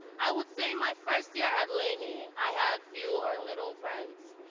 i would say my first year at laney i had few or little friends.